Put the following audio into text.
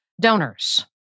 donors